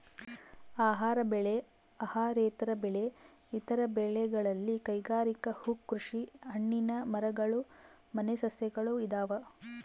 ಆಹಾರ ಬೆಳೆ ಅಹಾರೇತರ ಬೆಳೆ ಇತರ ಬೆಳೆಗಳಲ್ಲಿ ಕೈಗಾರಿಕೆ ಹೂಕೃಷಿ ಹಣ್ಣಿನ ಮರಗಳು ಮನೆ ಸಸ್ಯಗಳು ಇದಾವ